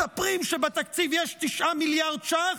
מספרים שבתקציב יש 9 מיליארד ש"ח,